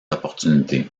opportunité